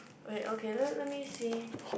wait okay let let me see